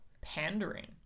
pandering